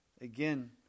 again